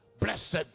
Blessed